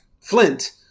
Flint